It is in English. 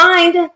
Mind